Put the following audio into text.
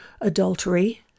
adultery